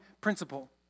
principle